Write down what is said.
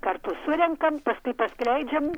kartu surenkam paskui paskleidžiam